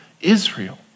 Israel